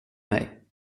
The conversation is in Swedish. mig